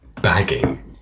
Bagging